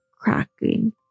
cracking